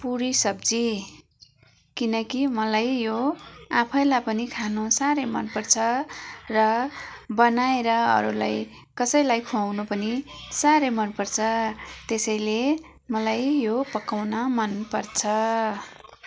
पुरी सब्जी किनकि मलाई यो आफैलाई पनि खानु साह्रै मनपर्छ र बनाएर अरूलाई कसैलाई खुवाउनु पनि साह्रै मनपर्छ त्यसैले मलाई यो पकाउन मनपर्छ